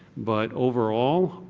but overall,